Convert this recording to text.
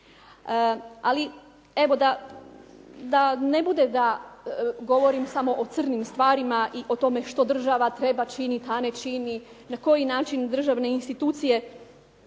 Ali, evo da ne bude da govorim samo o crnim stvarima i o tome što država treba činiti, a ne čini, na koji način državne institucije